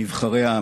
נבחרי העם.